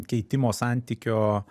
keitimo santykio